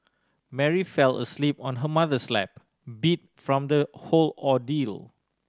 Mary fell asleep on her mother's lap beat from the whole ordeal